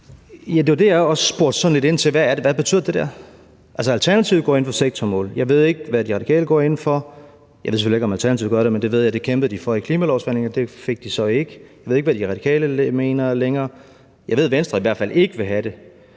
Det var det, jeg også spurgte sådan lidt ind til: Hvad betød det der? Altså, Alternativet går ind for sektormål – eller jeg ved selvfølgelig ikke, om Alternativet gør det, men det jeg ved de kæmpede for i klimalovsforhandlingerne, men det fik de så ikke. Jeg ved ikke, hvad De Radikale går ind for og mener længere. Jeg ved, at Venstre i hvert fald ikke vil have det.